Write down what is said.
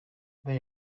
they